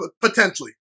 potentially